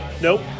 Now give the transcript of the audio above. Nope